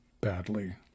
badly